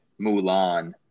Mulan